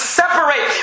separate